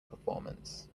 performance